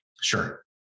Sure